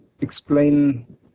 explain